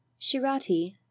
Shirati